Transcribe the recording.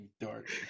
dark